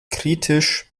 kritisch